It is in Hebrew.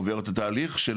עובר את התהליך של